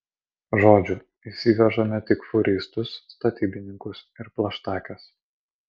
žodžiu įsivežame tik fūristus statybininkus ir plaštakes